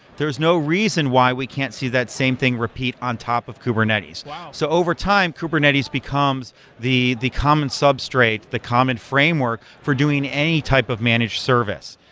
there is no reason why we can't see that same thing repeat on top of kubernetes. yeah so over time, kubernetes becomes the the common substrate, the common framework for doing any type of managed service,